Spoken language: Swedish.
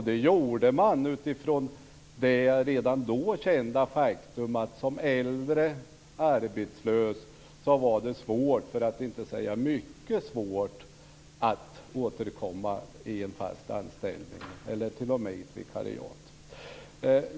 Det gjorde man utifrån det redan då kända faktumet att det som äldre arbetslös var svårt, för att inte säga mycket svårt, att återkomma i en fast anställning eller t.o.m. i ett vikariat.